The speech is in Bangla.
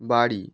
বাড়ি